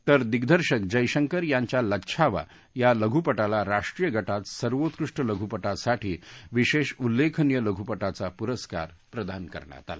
तर दिग्दर्शक जयशंकर यांच्या लच्छावा या लघुपटाला राष्ट्रीय गटात सर्वोत्कृष्ट लघुपटासाठी विशेष उल्लेखनीय लघुपटाचा पुस्स्कार प्रदान करण्यात आला